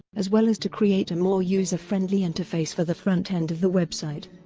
as well as to create a more user friendly interface for the front-end of the website.